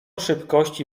szybkości